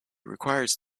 requires